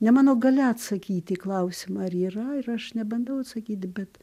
ne mano galia atsakyti į klausimą ar yra ir aš nebandau atsakyti bet